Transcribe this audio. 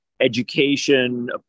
Education